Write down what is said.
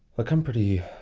look i'm pretty,